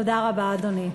תודה רבה, אדוני.